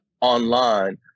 online